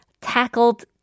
tackled